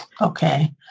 Okay